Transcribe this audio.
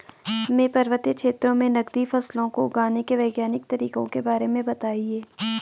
हमें पर्वतीय क्षेत्रों में नगदी फसलों को उगाने के वैज्ञानिक तरीकों के बारे में बताइये?